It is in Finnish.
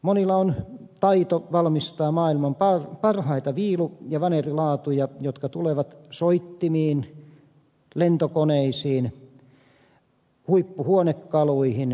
monilla on taito valmistaa maailman parhaita viilu ja vanerilaatuja jotka tulevat soittimiin lentokoneisiin huippuhuonekaluihin